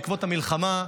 בעקבות המלחמה,